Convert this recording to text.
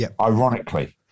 ironically